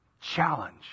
challenge